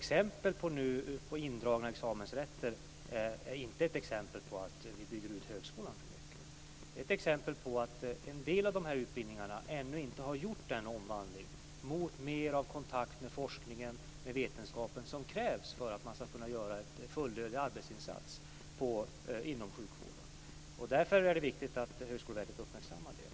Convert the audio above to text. Exemplen på indragna examensrätter är inte ett exempel på att vi bygger ut högskolan för mycket. Det är ett exempel på att en del av dessa utbildningar ännu inte har genomgått den omvandling mot mer av kontakt med forskningen, med vetenskapen, som krävs för att man ska kunna göra en fullödig arbetsinsats inom sjukvården. Därför är det viktigt att Högskoleverket uppmärksammar detta.